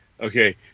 Okay